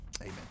Amen